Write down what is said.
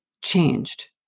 changed